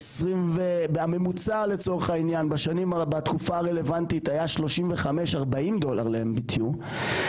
הממוצע לצורך העניין בתקופה הרלוונטית היה 35 40 דולר ל-MMBTU,